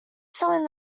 selling